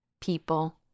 People